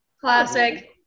Classic